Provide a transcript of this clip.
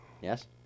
Yes